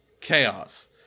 chaos